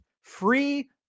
Free